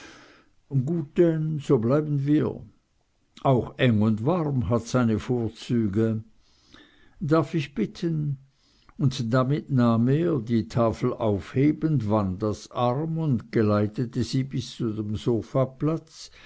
denn so bleiben wir auch eng und warm hat seine vorzüge darf ich bitten und damit nahm er die tafel aufhebend wandas arm und geleitete sie bis an den sofaplatz